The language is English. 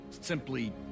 simply